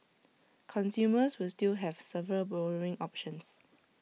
consumers will still have several borrowing options